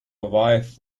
wife